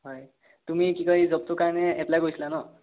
হয় তুমি কি কয় এই জবটোৰ কাৰণে এপ্লাই কৰিছিলা ন